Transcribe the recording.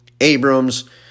Abrams